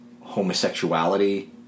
homosexuality